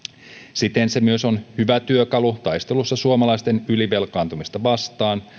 siten se on myös hyvä työkalu taistelussa suomalaisten ylivelkaantumista vastaan